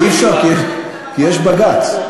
כי אי-אפשר, כי יש בג"ץ.